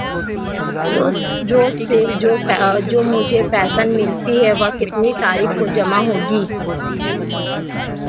रोज़ से जो मुझे पेंशन मिलती है वह कितनी तारीख को जमा होगी?